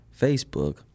Facebook